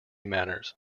matters